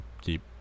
keep